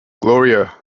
gloria